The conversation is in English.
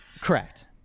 correct